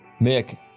Mick